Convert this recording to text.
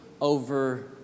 over